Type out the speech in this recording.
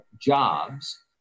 jobs